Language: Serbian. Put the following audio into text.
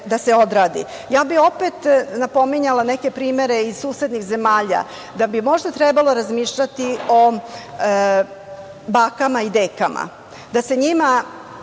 Ja bih opet napominjala neke primere iz susednih zemalja, da bi možda trebalo razmišljati o bakama i dekama,